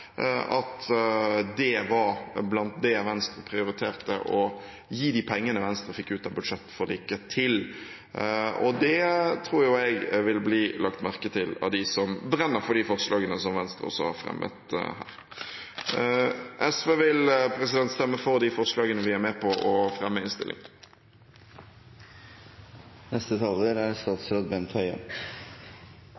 at det var blant det Venstre prioriterte å gi de pengene Venstre fikk ut av budsjettforliket, til. Det tror jeg vil bli lagt merke til av dem som brenner for de forslagene som Venstre også har fremmet her. SV vil stemme for de forslagene vi er med på å fremme